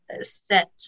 set